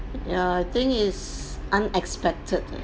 ya I think is unexpected ah